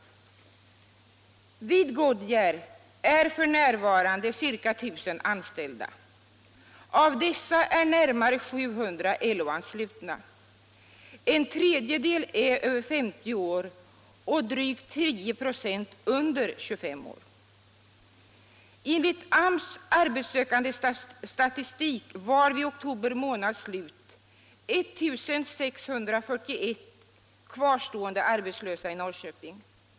Vid företaget Goodyear är f.n. ca 1 000 personer anställda. Av dem är närmare 700 LO-anslutna. En tredjedel av dessa är över 50 år och drygt 10 96 under 25 år. Enligt AMS arbetssökandestatistik fanns vid oktober månads slut 1 641 kvarstående arbetslösa i Norrköping.